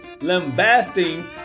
lambasting